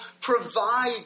provide